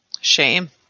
Shame